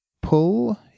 Pull